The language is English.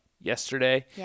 yesterday